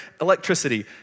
Electricity